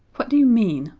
what do you mean?